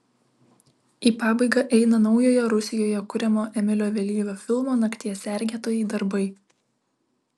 į pabaigą eina naujojo rusijoje kuriamo emilio vėlyvio filmo nakties sergėtojai darbai